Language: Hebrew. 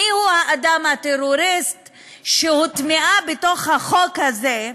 מיהו האדם הטרוריסט שהוטמעה בתוך החוק הזה,